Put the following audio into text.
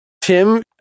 Tim